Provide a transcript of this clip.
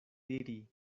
diri